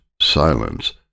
silence